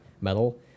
metal